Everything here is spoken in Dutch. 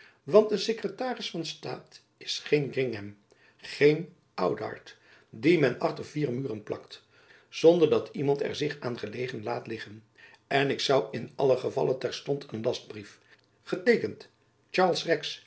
want een sekretaris van staat is geen gringam geen oudart die men achter vier muren plakt zonder dat iemand er zich aan gelegen laat liggen en ik zoû in allen gevalle terstond een lastbrief geteekend